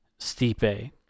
Stipe